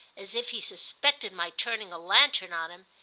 as if he suspected my turning a lantern on him,